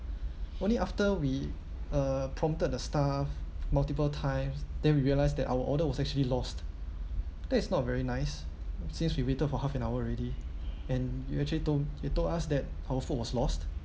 only after we uh prompted the staff multiple times then we realize that our order was actually lost then it's not uh very nice since we waited for half an hour already and you actually told you told us that our food was lost